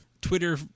Twitter